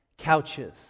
Couches